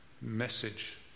Message